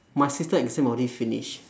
my sister exam already finish